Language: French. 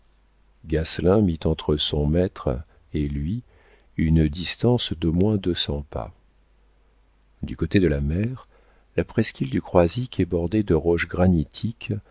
mit entre son maître et lui une distance d'au moins deux cents pas du côté de la mer la presqu'île du croisic est bordée de roches